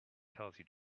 kelsey